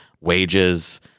wages